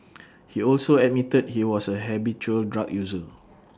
he also admitted he was A habitual drug user